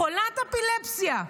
חולת אפילפסיה,